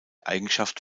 eigenschaft